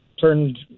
turned